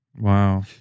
Wow